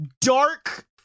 dark